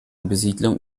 besiedlung